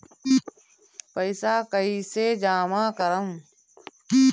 पैसा कईसे जामा करम?